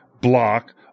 block